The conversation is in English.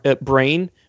brain